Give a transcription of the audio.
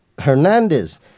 Hernandez